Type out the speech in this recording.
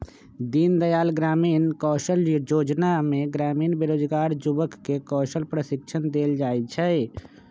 दीनदयाल ग्रामीण कौशल जोजना में ग्रामीण बेरोजगार जुबक के कौशल प्रशिक्षण देल जाइ छइ